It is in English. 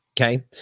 okay